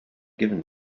given